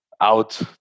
out